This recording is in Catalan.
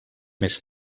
més